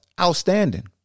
Outstanding